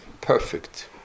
Perfect